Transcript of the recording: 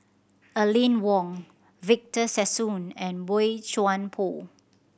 Aline Wong Victor Sassoon and Boey Chuan Poh